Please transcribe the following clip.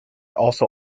also